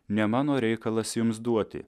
ne mano reikalas jums duoti